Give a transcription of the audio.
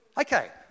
Okay